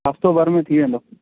हफ़्तो भर में थी वेंदो